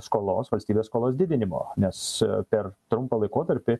skolos valstybės skolos didinimo nes per trumpą laikotarpį